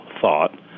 thought